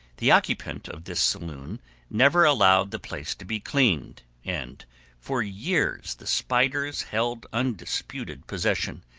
the occupant of this saloon never allowed the place to be cleaned, and for years the spiders held undisputed possession,